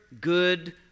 good